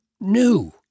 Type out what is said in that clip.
new